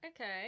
Okay